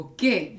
Okay